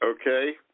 Okay